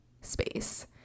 space